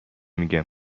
میگم